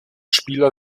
spieler